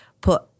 put